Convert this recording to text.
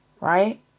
right